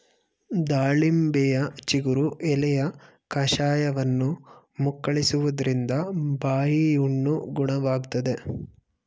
ದಾಳಿಂಬೆಯ ಚಿಗುರು ಎಲೆಯ ಕಷಾಯವನ್ನು ಮುಕ್ಕಳಿಸುವುದ್ರಿಂದ ಬಾಯಿಹುಣ್ಣು ಗುಣವಾಗ್ತದೆ